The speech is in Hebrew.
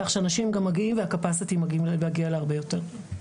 כך שאנשים גם מגיעים והכמות יכולה להגיע להרבה יותר.